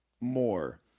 more